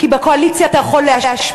כי בקואליציה אתה יכול להשפיע.